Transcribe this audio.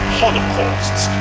holocausts